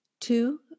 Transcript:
Two